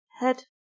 head